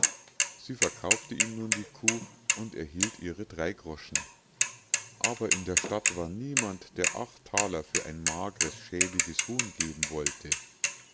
sie verkaufte ihm nun die kuh und erhielt ihre drei groschen aber in der stadt war niemand der acht thaler für ein magres schäbiges huhn geben wollte